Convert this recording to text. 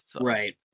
Right